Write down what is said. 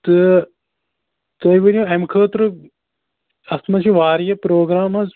تہٕ تُہۍ ؤنِو اَمہِ خٲطرٕ اَتھ منٛز چھِ واریاہ پروگرام حظ